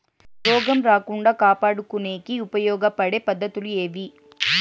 రోగం రాకుండా కాపాడుకునేకి ఉపయోగపడే పద్ధతులు ఏవి?